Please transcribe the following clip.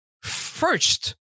first